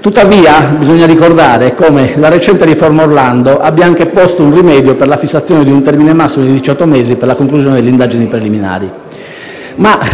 Tuttavia, bisogna ricordare come la recente riforma Orlando abbia anche posto un rimedio per la fissazione di un termine massimo di diciotto mesi per la conclusione delle indagini preliminari.